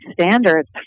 standards